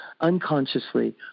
unconsciously